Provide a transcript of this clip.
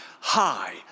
high